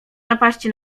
napaści